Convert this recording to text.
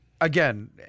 again